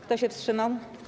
Kto się wstrzymał?